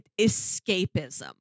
escapism